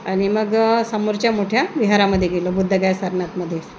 आणि मग समोरच्या मोठ्या विहारामध्ये गेलो बोधगया सरनाथमध्येच